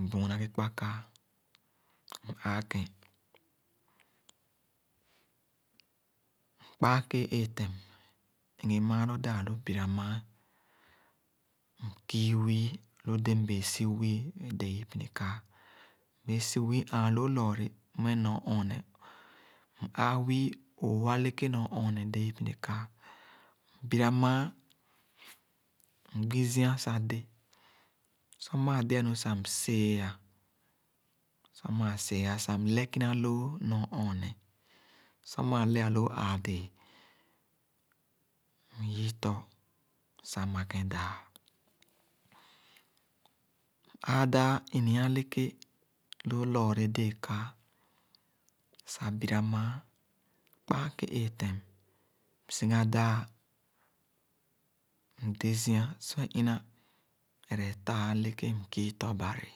Mbüün na ghe kpa kaa, m-aa kẽn Mkpaa ke-ẽẽ kẽẽtem, migi maalo daa-lu, bira mããn, mkii wii. Lu déé mbee si wii é déé ipini-kaa. Mbee si aa loo lɔɔre mmeh nyor-ɔɔneh. M-aa wii õõh eleke nyor- ɔɔneh déé ipini-kaa. Mbira mããn, mgbi zia sah déé. Sor maa dee-nu sah, msee-a. Sor maa see-a sah, mle kinaloo nyor-ɔɔneh. Sor maa lea-loo ãã dẽẽ, myii tɔ sah makén dãã. M-ãã dãã ini-ii eleke loo lɔɔra déé-kaa, sah bira mããn. kpaa ke-ẽẽ tem, siga-daa, mde-zia. Sor é ina eretaa eleké, mkii tɔ-bari.